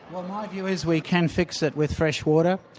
well my view is we can fix it with fresh water.